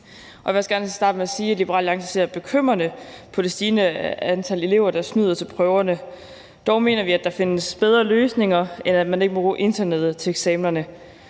jeg vil også gerne starte med at sige, at Liberal Alliance ser med bekymring på det stigende antal af elever, der snyder til prøverne. Dog mener vi, at der findes bedre løsninger, end at man ikke må bruge internettet til eksamenerne,